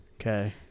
Okay